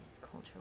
cultural